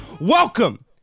Welcome